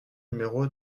numéro